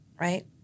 right